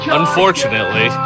unfortunately